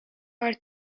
are